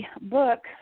book